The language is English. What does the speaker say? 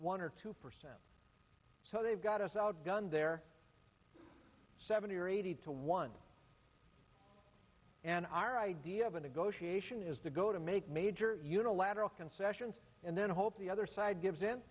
one or two percent so they've got us outgunned they're seventy or eighty to one and our idea of a negotiation is the go to make major unilateral concessions and then hope the other side gives